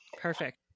Perfect